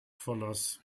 verlass